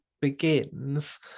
begins